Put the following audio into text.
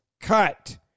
cut